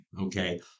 okay